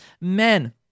Men